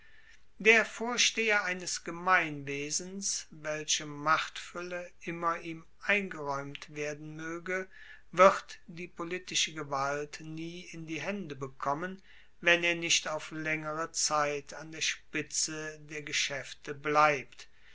der vorsteher eines gemeinwesens welche machtfuelle immer ihm eingeraeumt werden moege wird die politische gewalt nie in die haende bekommen wenn er nicht auf laengere zeit an der spitze der geschaefte bleibt